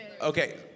Okay